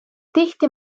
tihti